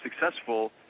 successful